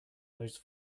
those